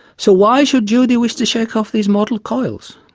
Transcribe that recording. so why should judy wish to shake off these mortal coils?